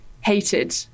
hated